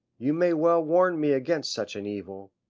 you may well warn me against such an evil.